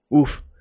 Oof